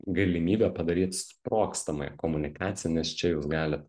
galimybė padaryt sprogstamąją komunikaciją nes čia jūs galit